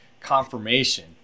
confirmation